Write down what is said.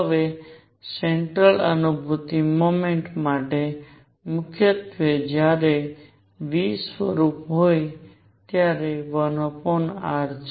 હવે સેંટ્રલ અનુભૂતિ મોમેન્ટ માટે મુખ્યત્વે જ્યારે v સ્વરૂપના હોય ત્યારે 1r છે